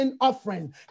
offering